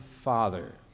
father